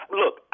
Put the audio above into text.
look